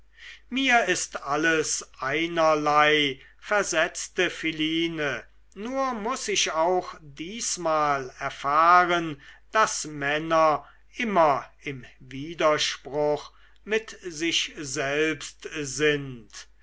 mir ist alles einerlei versetzte philine nur muß ich auch diesmal erfahren daß männer immer im widerspruch mit sich selbst sind